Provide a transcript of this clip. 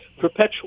perpetual